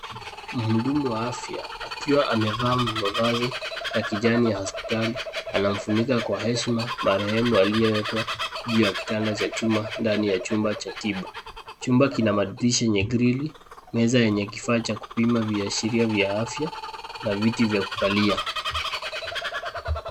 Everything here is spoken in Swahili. Mhudumu wa afya akiwa amevaa mavazi ya kijani ya hospitali, anamfunika kwa heshima marehemu aliyewekwa juu ya kitanda cha chuma ndani ya chumba cha tiba. Chumba kina madirisha yenye grili, meza yenye kifaa cha kupima viashiria vya afya na viti vya kukalia.